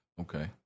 okay